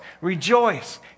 rejoice